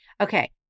Okay